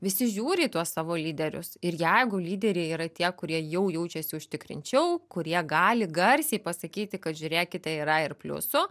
visi žiūri į tuos savo lyderius ir jeigu lyderiai yra tie kurie jau jaučiasi užtikrinčiau kurie gali garsiai pasakyti kad žiūrėkite yra ir pliusų